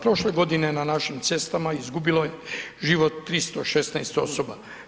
Prošle godine na našim cestama izgubilo je život 316 osoba.